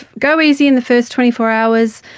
go easy in the first twenty four hours,